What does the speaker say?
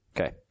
Okay